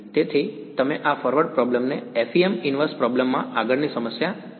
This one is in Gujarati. તેથી તમે આ ફોરવર્ડ પ્રોબ્લેમ ને FEM ઇનવર્સ પ્રોબ્લેમ મા આગળની સમસ્યા કરી શકો છો અને